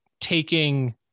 taking